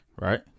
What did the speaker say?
Right